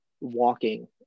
walking